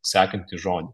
sekantį žodį